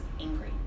angry